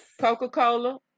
Coca-Cola